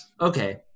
Okay